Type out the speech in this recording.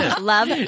Love